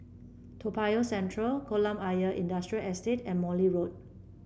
Toa Payoh Central Kolam Ayer Industrial Estate and Morley Road